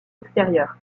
extérieur